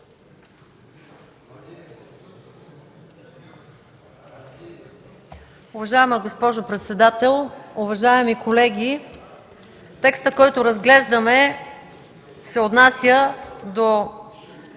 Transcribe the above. Уважаема госпожо председател, уважаеми колеги! Текстът, който разглеждаме се отнася до